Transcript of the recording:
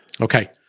Okay